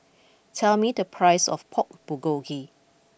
tell me the price of Pork Bulgogi